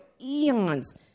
eons